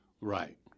Right